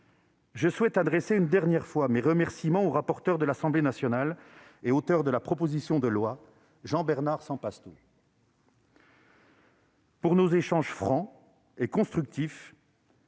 J'adresse une nouvelle fois mes remerciements au rapporteur de l'Assemblée nationale et auteur de la proposition de loi, Jean-Bernard Sempastous, pour nos échanges francs et constructifs